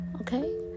Okay